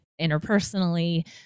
interpersonally